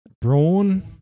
brawn